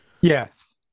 Yes